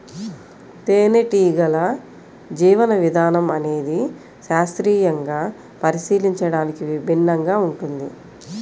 తేనెటీగల జీవన విధానం అనేది శాస్త్రీయంగా పరిశీలించడానికి విభిన్నంగా ఉంటుంది